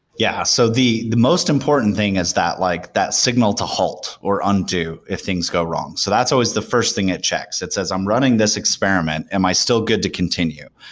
yeah. so the the most important thing is that like that signal to halt or undo if things go wrong. so that's always the first thing it checks. it says, i'm running this experiment. am i still good to continue?